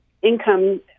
income